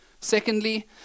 Secondly